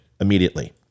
immediately